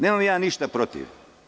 Nemam ja ništa protiv.